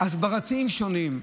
והסברתיים שונים.